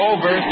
Over